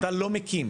אתה לא מקים.